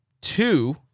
two